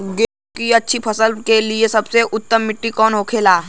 गेहूँ की अच्छी फसल के लिए सबसे उत्तम मिट्टी कौन होखे ला?